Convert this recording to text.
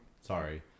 Sorry